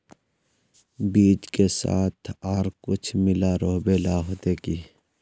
बीज के साथ आर कुछ मिला रोहबे ला होते की?